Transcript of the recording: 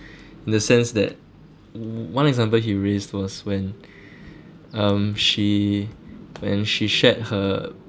in the sense that one example he raised was when um she when she shared